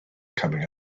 coming